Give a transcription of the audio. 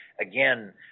again